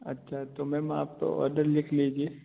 अच्छा तो मैम आप तो ऑर्डर लिख लीजिए